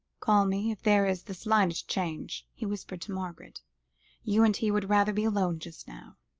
call me if there is the slightest change, he whispered to margaret you and he would rather be alone just now.